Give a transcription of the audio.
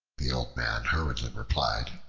the old man hurriedly replied,